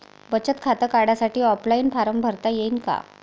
बचत खातं काढासाठी ऑफलाईन फारम भरता येईन का?